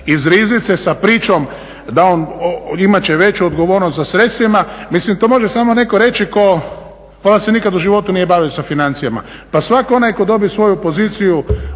iz riznice sa pričom da on imat će odgovornost sa sredstvima, mislim to može samo netko reći tko se nikad u životu nije bavio sa financijama. Pa svak onaj tko dobije svoju poziciju